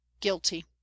guilty